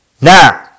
Now